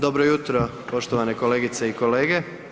Dobro jutro poštovane kolegice i kolege.